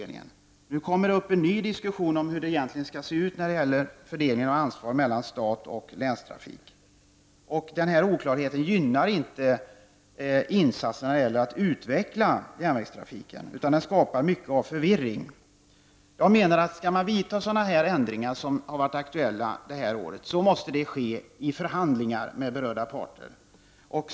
Nu kommer en ny diskussion om hur ansvarsfördelningen egentligen skall se ut mellan stat och länstrafik. Denna oklarhet gynnar inte insatserna när det gäller att utveckla järnvägstrafiken, utan den skapar stor förvirring. Jag menar att om man skall vidta sådana ändringar som har varit aktuella det här året, måste det ske i förhandlingar med berörda parter.